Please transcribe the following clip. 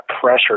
pressure